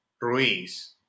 Ruiz